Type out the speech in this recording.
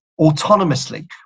autonomously